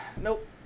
Nope